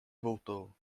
voltou